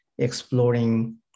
exploring